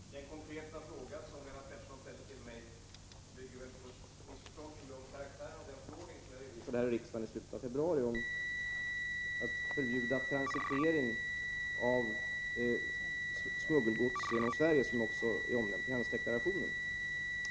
Herr talman! Den konkreta fråga som Lennart Pettersson ställde till mig bygger på ett missförstånd. Regeringen beslutade i februari att förbjuda transitering av smuggelgods genom Sverige, något som också omnämns i handelsdeklarationen.